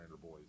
boys